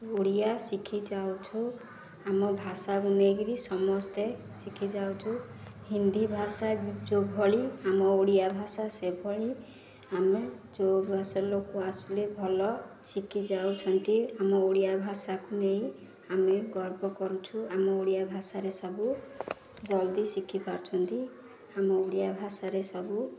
ଓଡ଼ିଆ ଶିଖି ଯାଉଛୁ ଆମ ଭାଷାକୁ ନେଇକରି ସମସ୍ତେ ଶିଖି ଯାଉଛୁ ହିନ୍ଦୀ ଭାଷା ଯେଉଁଭଳି ଆମ ଓଡ଼ିଆ ଭାଷା ସେଭଳି ଆମେ ଯେଉଁଭାଷା ଲୋକ ଆସିଲେ ଭଲ ଶିଖି ଯାଉଛନ୍ତି ଆମ ଓଡ଼ିଆ ଭାଷାକୁ ନେଇ ଆମେ ଗର୍ବ କରୁଛୁ ଆମ ଓଡ଼ିଆ ଭାଷାରେ ସବୁ ଜଲ୍ଦି ଶିଖିପାରୁଛନ୍ତି ଆମ ଓଡ଼ିଆ ଭାଷାରେ ସବୁ